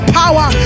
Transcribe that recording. power